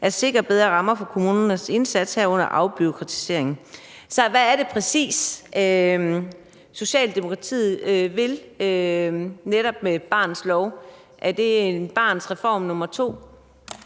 at sikre bedre rammer for kommunernes indsats, herunder afbureaukratisering. Så hvad er det præcis Socialdemokratiet vil med barnets lov? Er det en Barnets Reform nummer to?